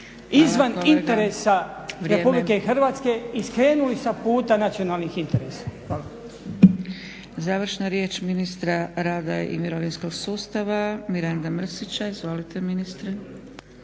izvan interesa RH i skrenuli sa puta nacionalnih interesa.